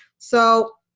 so